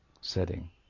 setting